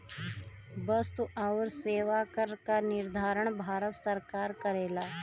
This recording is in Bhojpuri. वस्तु आउर सेवा कर क निर्धारण भारत सरकार करेला